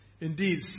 Indeed